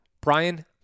Brian